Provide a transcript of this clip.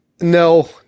No